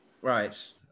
Right